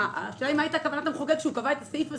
השאלה מה הייתה כוונת המחוקק כשהוא קבע את הסעיף הזה.